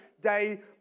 day